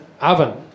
oven